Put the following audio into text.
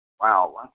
Wow